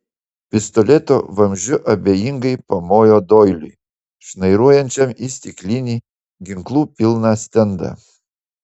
pistoleto vamzdžiu abejingai pamojo doiliui šnairuojančiam į stiklinį ginklų pilną stendą